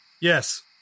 Yes